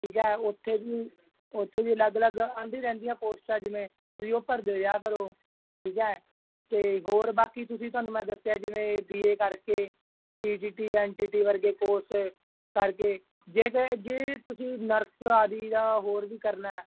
ਠੀਕ ਹੈ ਉੱਥੇ ਵੀ ਉੱਥੇ ਵੀ ਅਲੱਗ ਅਲੱਗ ਆਉਂਦੀ ਰਹਿੰਦੀਆਂ ਪੋਸਟਾਂ ਜਿਵੇਂ ਤੁਸੀਂ ਉਹ ਭਰਦੇ ਰਿਹਾ ਕਰੋ ਠੀਕ ਹੈ ਅਤੇ ਹੋਰ ਬਾਕੀ ਤੁਸੀਂ ਤੁਹਾਨੂੰ ਮੈਂ ਦੱਸਿਆ ਜਿਵੇਂ ਬੀ ਏ ਕਰਕੇ E T T N T T ਵਰਗੇ ਕੋਰਸ ਕਰਕੇ ਜੇ ਤਾਂ ਜੇ ਤੁਸੀਂ ਨਰਸ ਆਦਿ ਜਾਂ ਹੋਰ ਵੀ ਕਰਨਾ